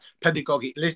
pedagogic